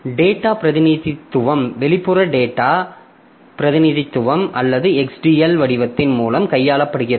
data பிரதிநிதித்துவம் வெளிப்புற data பிரதிநிதித்துவம் அல்லது XDL வடிவத்தின் மூலம் கையாளப்படுகிறது